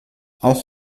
auch